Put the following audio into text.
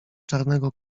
czarnego